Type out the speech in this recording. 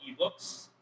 ebooks